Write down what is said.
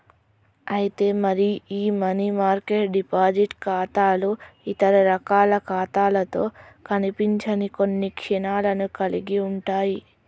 అయితే మరి ఈ మనీ మార్కెట్ డిపాజిట్ ఖాతాలు ఇతర రకాల ఖాతాలతో కనిపించని కొన్ని లక్షణాలను కలిగి ఉంటాయి